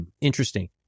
interesting